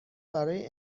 برای